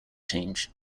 change